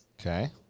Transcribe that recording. Okay